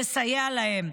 לסייע להן.